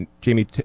Jamie